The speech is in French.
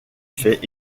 fait